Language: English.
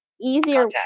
easier